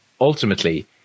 ultimately